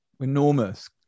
enormous